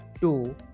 two